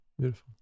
Beautiful